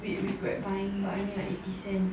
we regret buying but I mean like eighty cent